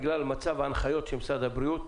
בגלל מצב ההנחיות של משרד הבריאות,